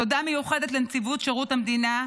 תודה מיוחדת לנציבות שירות המדינה,